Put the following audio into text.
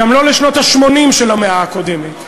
וגם לא לשנות ה-80 של המאה הקודמת,